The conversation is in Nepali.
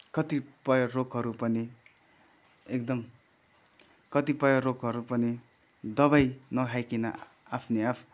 कतिपय रोगहरू पनि एकदम कतिपय रोगहरू पनि दबाई नखाइकन आफैआफ